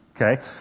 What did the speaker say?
Okay